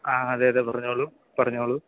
ആ അതെ അതെ പറഞ്ഞോളൂ പറഞ്ഞോളൂ